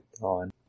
on